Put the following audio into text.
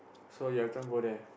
so you every time go there